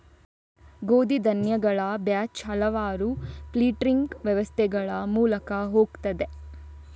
ಗೋಧಿ ಧಾನ್ಯಗಳ ಬ್ಯಾಚ್ ಹಲವಾರು ಫಿಲ್ಟರಿಂಗ್ ವ್ಯವಸ್ಥೆಗಳ ಮೂಲಕ ಹೋಗುತ್ತದೆ